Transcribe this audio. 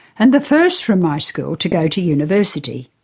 and the first from my school to go to university.